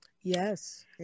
Yes